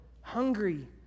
hungry